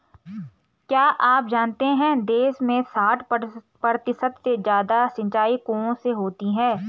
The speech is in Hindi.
क्या आप जानते है देश में साठ प्रतिशत से ज़्यादा सिंचाई कुओं से होती है?